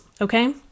okay